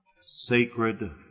sacred